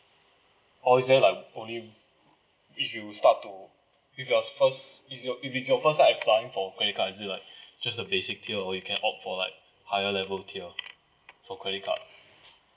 or is there like only if you start to if you are first is it your first if you are first time applying for credit card is it like just a basic tier you can opt for like higher level tier for credit card